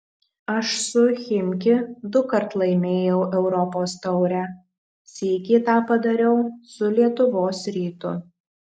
aš su chimki dukart laimėjau europos taurę sykį tą padariau su lietuvos rytu